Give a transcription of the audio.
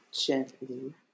gently